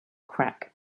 crack